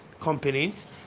companies